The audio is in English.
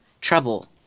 Trouble